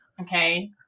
okay